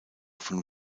von